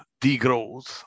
degrowth